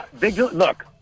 Look